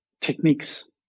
techniques